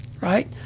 Right